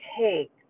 take